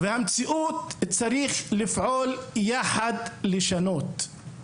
במציאות צריך לפעול יחד כדי לשנות.